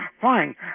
fine